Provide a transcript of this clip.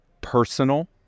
personal